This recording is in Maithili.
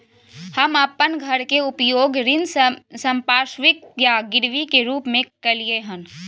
हम अपन घर के उपयोग ऋण संपार्श्विक या गिरवी के रूप में कलियै हन